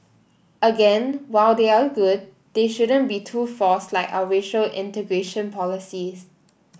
again while they are good it shouldn't be too forced like our racial integration policies